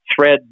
thread